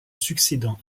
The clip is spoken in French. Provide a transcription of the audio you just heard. succédant